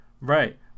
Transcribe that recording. Right